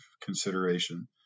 consideration